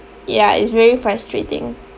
ya it's very frustrating